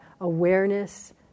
awareness